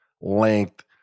length